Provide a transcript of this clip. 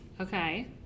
Okay